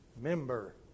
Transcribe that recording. member